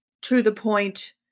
to-the-point